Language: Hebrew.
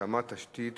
הקמת תשתית